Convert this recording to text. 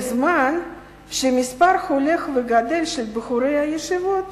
בזמן שמספר הולך וגדל של בחורי הישיבות